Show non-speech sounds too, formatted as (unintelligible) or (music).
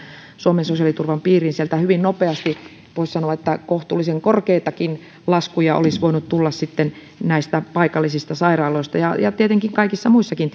suomen sosiaaliturvan piiriin sieltä hyvin nopeasti voisi sanoa kohtuullisen korkeitakin laskuja olisi voinut tulla sitten näistä paikallisista sairaaloista ja ja tietenkin näin on kaikissa muissakin (unintelligible)